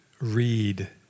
read